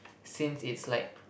since it's like